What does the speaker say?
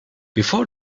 before